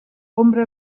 hombre